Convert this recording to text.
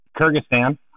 Kyrgyzstan